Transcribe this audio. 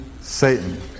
Satan